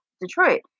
Detroit